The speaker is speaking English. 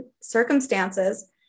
circumstances